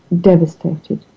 devastated